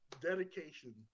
Dedication